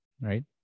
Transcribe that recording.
Right